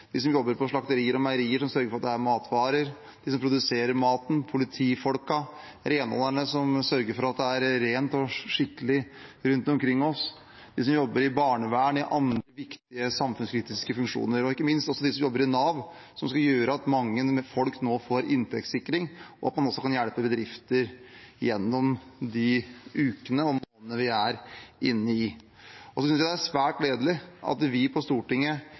de som jobber på slakterier og meierier og sørger for at det er matvarer, de som produserer maten, politifolkene, renholderne som sørger for at det er rent og skikkelig rundt oss, de som jobber i barnevern og andre som har viktige samfunnskritiske funksjoner, og ikke minst også de som jobber i Nav, som skal sørge for at mange folk nå får inntektssikring, og at man også kan hjelpe bedrifter gjennom de ukene og månedene vi er inne i. Jeg synes det er svært gledelig at vi på Stortinget